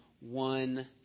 one